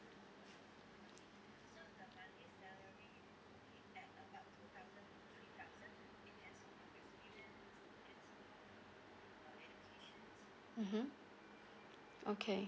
mmhmm okay